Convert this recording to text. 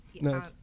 No